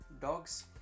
dogs